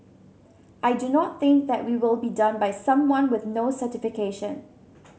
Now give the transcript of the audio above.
I do not think that we will be done by someone with no certification